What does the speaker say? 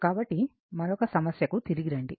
కాబట్టి మరొక సమస్యకు తిరిగి రండి